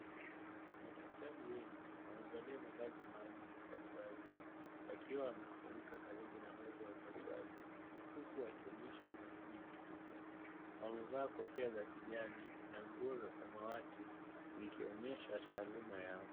Madaktari wengi wamevalia mavazi maalum ya upasuaji, wakiwa wamekusanyika karibu na meza ya upasuaji, huku wakionyesha umakini mkubwa. Wamevaa kofia za kijani na nguo za samawati, zikionyesha taaluma yao.